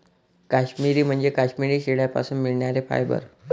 काश्मिरी म्हणजे काश्मिरी शेळ्यांपासून मिळणारे फायबर